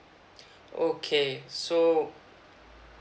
okay so